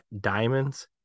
Diamonds